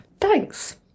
Thanks